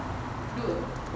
dua